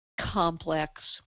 complex